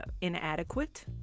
inadequate